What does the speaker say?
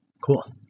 Cool